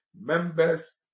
Members